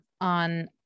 On